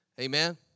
Amen